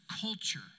culture